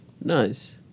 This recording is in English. Nice